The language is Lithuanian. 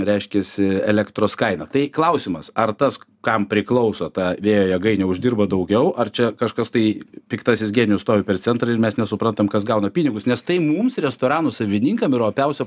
reiškiasi elektros kaina tai klausimas ar tas kam priklauso ta vėjo jėgainė uždirba daugiau ar čia kažkas tai piktasis genijus stovi per centrą ir mes nesuprantam kas gauna pinigus nes tai mums restoranų savininkam yra opiausia